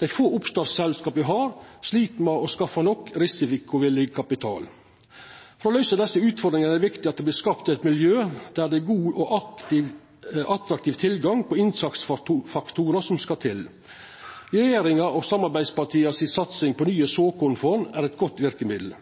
Dei få oppstartsselskapa me har, slit med å skaffa nok risikovillig kapital. For å løysa desse utfordringane er det viktig at det vert skapt eit miljø der det er god og attraktiv tilgang på innsatsfaktorane som skal til. Satsinga til regjeringa og samarbeidspartia på nye såkornfond er eit godt verkemiddel.